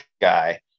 guy